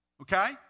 okay